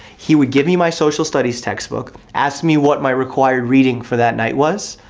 he would give me my social studies textbook, ask me what my required reading for that night was,